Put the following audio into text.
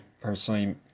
personally